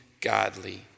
godly